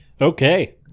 okay